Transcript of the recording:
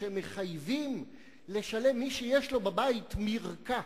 שמחייבים את מי שיש לו בבית מרקע